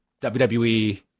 WWE